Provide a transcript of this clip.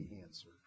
answer